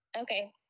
Okay